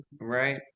Right